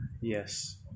Yes